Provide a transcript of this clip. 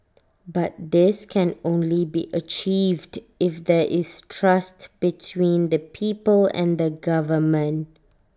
but this can only be achieved if there is trust between the people and the government